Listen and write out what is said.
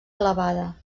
elevada